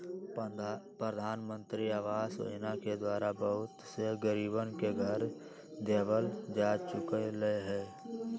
प्रधानमंत्री आवास योजना के द्वारा बहुत से गरीबन के घर देवल जा चुक लय है